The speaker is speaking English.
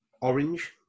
orange